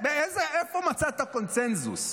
איפה מצאת קונסנזוס?